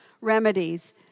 remedies